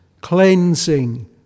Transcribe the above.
cleansing